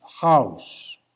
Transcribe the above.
house